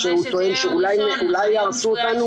שהוא טוען שאולי יהרסו אותנו,